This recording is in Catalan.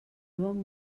bon